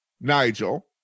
Nigel